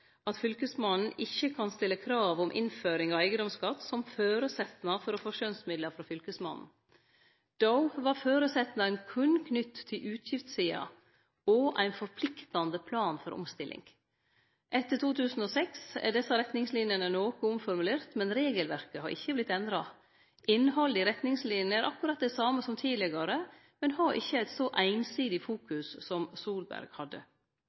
at Fylkesmannen ikkje kan stille krav om innføring av eigedomsskatt som føresetnad for å få skjønsmidlar frå Fylkesmannen. Då var føresetnaden berre knytt til utgiftssida og ein forpliktande plan for omstilling. Etter 2006 er desse retningslinene noko omformulerte, men regelverket har ikkje vorte endra. Innhaldet i retningslinene er akkurat det same som tidlegare, men har ikkje eit så einsidig fokus som i Solberg